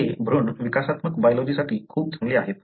हे भ्रूण विकासात्मक बायोलॉजिसाठी खूप चांगले आहेत